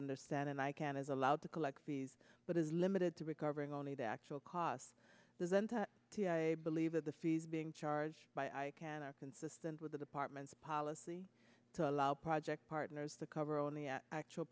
and i can is allowed to collect fees but is limited to recovering only the actual cost then to believe that the fees being charged by i can are consistent with the department's policy to allow project partners the cover on the actual